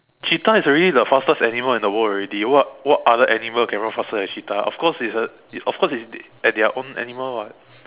cheetah is already the fastest animal in the world already what what other animal can run faster than a cheetah of course it's a of course it is at their own animal what